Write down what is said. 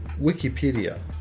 Wikipedia